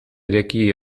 ireki